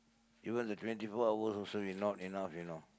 even the twenty four hours also you not enough you know